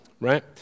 right